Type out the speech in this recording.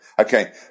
Okay